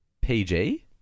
PG